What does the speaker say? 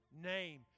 name